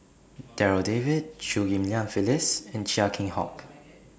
Darryl David Chew Ghim Lian Phyllis and Chia Keng Hock